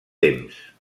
temps